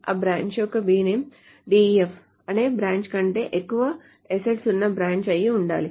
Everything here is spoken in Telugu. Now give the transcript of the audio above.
ఆ బ్రాంచ్ యొక్క bname DEF అనే బ్రాంచ్ కంటే ఎక్కువ అసెట్స్ ఉన్న బ్రాంచ్ అయి ఉండాలి